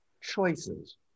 choices